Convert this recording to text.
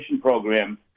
program